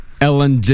Ellen